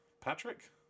Patrick